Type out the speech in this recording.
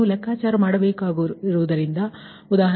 ನೀವು ಲೆಕ್ಕಾಚಾರ ಮಾಡಬೇಕು ಸರಿ